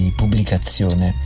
pubblicazione